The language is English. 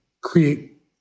create